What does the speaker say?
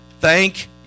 Thank